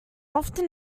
often